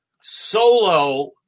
solo